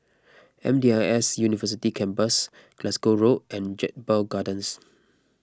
M D I S University Campus Glasgow Road and Jedburgh Gardens